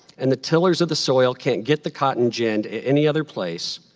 and the tillers of the soil can't get the cotton ginned at any other place